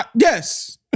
Yes